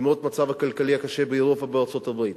למרות המצב הכלכלי הקשה באירופה ובארצות-הברית,